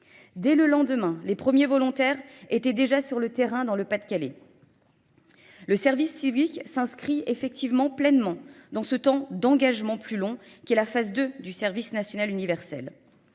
Dès le lendemain, les premiers volontaires étaient déjà sur le terrain dans le Pas-de-Calais. Le service civique s'inscrit effectivement pleinement dans ce temps d'engagement plus long, qui est la phase 2 du service national universel.